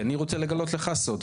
כי אני רוצה לגלות לך סוד.